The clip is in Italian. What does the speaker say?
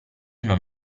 non